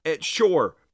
sure